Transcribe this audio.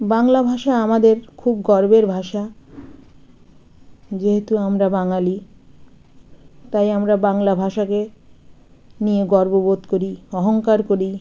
বাংলা ভাষা আমাদের খুব গর্বের ভাষা যেহেতু আমরা বাঙালি তাই আমরা বাংলা ভাষাকে নিয়ে গর্ববোধ করি অহংকার করি